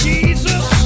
Jesus